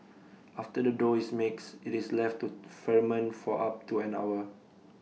after the dough is mixed IT is left to ferment for up to an hour